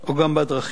או גם בדרכים?